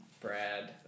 Brad